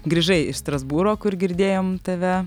grįžai iš strasbūro kur girdėjom tave